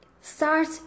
start